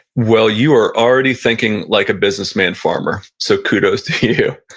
well you are already thinking like a businessman farmer, so kudos to you.